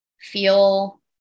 feel